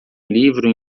livro